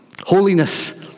Holiness